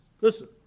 Listen